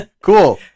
cool